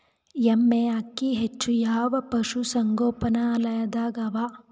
ಎಮ್ಮೆ ಅಕ್ಕಿ ಹೆಚ್ಚು ಯಾವ ಪಶುಸಂಗೋಪನಾಲಯದಾಗ ಅವಾ?